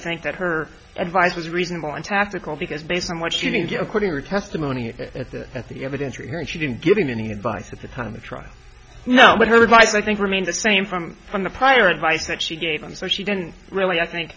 think that her advice was reasonable and tactical because based on what she didn't get according to testimony at the at the evidence or here and she didn't give him any advice at the time the trial now but her advice i think remain the same from from the prior advice that she gave him so she didn't really i think